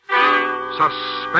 Suspense